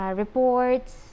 reports